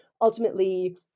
ultimately